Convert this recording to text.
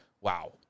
wow